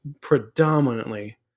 predominantly